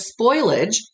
spoilage